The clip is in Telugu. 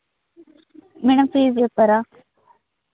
మేడం ఫీజు చెప్పరా